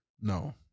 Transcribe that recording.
No